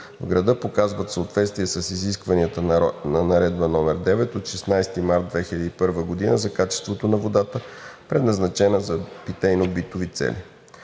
в града показват съответствие с изискванията на Наредба № 9 от 16 март 2001 г. за качеството на водата, предназначена за питейно-битови цели.